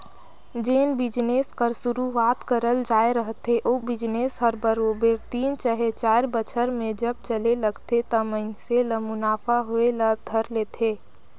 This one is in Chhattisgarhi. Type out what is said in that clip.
जेन बिजनेस कर सुरूवात करल जाए रहथे ओ बिजनेस हर बरोबेर तीन चहे चाएर बछर में जब चले लगथे त मइनसे ल मुनाफा होए ल धर लेथे